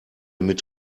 mit